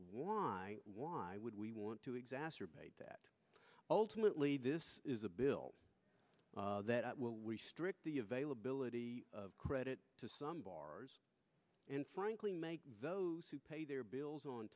why why would we want to exacerbate that ultimately this is a bill that will restrict the availability of credit to some bars and frankly those who pay their bills on